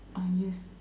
ah yes